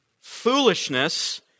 Foolishness